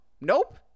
Nope